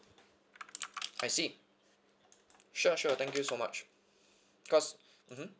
I see sure sure thank you so much cause mmhmm